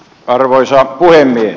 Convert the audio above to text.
arvoisa puhemies